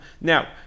Now